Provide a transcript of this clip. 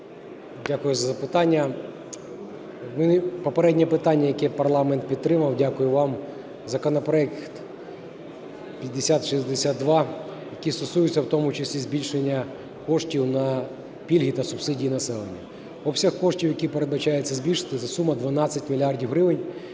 Дякую за запитання. Попереднє питання, яке парламент підтримав, дякую вам, законопроект 5062, який стосується в тому числі збільшення коштів на пільги та субсидії населення. Обсяг коштів, який передбачається збільшити, це сума 12 мільярдів